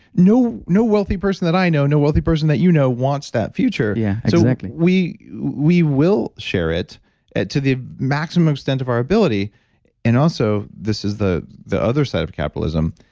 no no wealthy person that i know, no wealthy person that you know wants that future yeah, exactly we we will share it it to the maximum extent of our ability and also this is the the other side of capitalism,